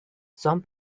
some